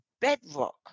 bedrock